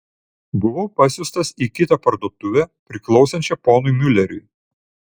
buvau pasiųstas į kitą parduotuvę priklausančią ponui miuleriui